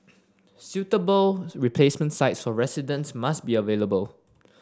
suitable replacement sites for residents must be available